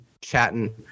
chatting